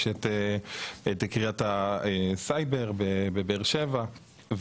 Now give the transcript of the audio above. יש את קרית הסייבר בבאר שבע.